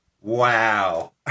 Wow